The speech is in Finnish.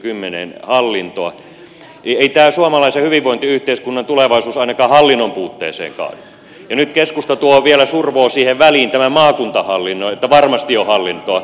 ei tämän suomalaisen hyvinvointiyhteiskunnan tulevaisuus ainakaan hallinnon puutteeseen kaadu ja nyt keskusta tuo vielä survoo siihen väliin maakuntahallinnon että varmasti on hallintoa